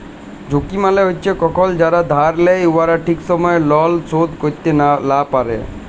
ঝুঁকি মালে হছে কখল যারা ধার লেই উয়ারা ঠিক সময়ে লল শোধ ক্যইরতে লা পারে